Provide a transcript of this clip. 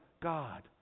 God